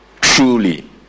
truly